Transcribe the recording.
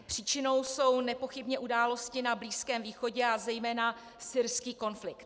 Příčinou jsou nepochybně události na Blízkém východě a zejména syrský konflikt.